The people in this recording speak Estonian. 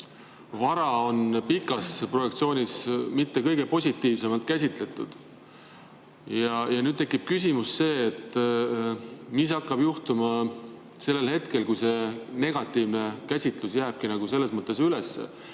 vara ei ole pikas projektsioonis just kõige positiivsemalt käsitletud. Ja nüüd tekib küsimus, mis hakkab juhtuma sellel hetkel, kui see negatiivne käsitlus jääbki selles mõttes üles.